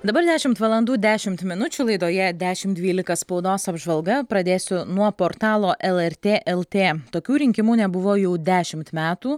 dabar dešimt valandų dešimt minučių laidoje dešimt dvylika spaudos apžvalga pradėsiu nuo portalo lrt lt tokių rinkimų nebuvo jau dešimt metų